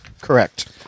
Correct